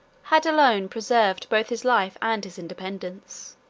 had alone preserved both his life and his independence.